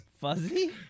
Fuzzy